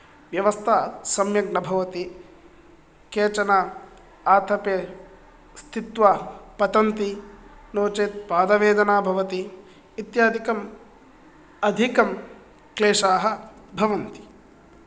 व्यवस्था सम्यग् न भवति केचन आतपे स्थित्वा पतन्ति नो चेत् पादवेदना भवति इत्यादिकम् अधिकं क्लेशाः भवन्ति